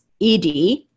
ED